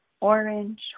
orange